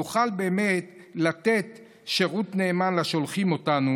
נוכל באמת לתת שירות נאמן לשולחים אותנו